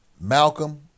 Malcolm